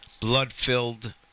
blood-filled